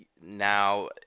now